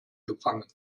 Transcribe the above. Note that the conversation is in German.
gefangen